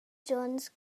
jones